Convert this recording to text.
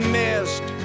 missed